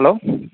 hello